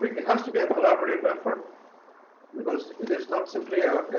it has to be a collaborative effort because it is not simply an